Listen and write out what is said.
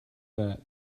that